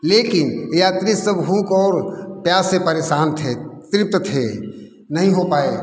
लेकिन यात्री सब भूख और प्यास से परेशान थे तृप्त थे नहीं हो पाए